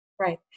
Right